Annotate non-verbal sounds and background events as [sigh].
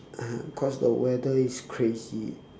[laughs] because the weather is crazy